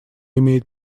имеет